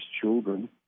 children